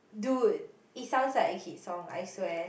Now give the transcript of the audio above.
dude it sounds like a hit song I swear